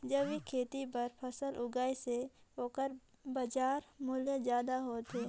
जैविक खेती बर फसल उगाए से ओकर बाजार मूल्य ज्यादा होथे